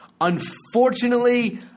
unfortunately